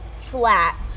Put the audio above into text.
flat